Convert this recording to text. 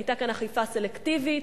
היתה כאן אכיפה סלקטיבית.